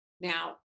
Now